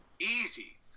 Easy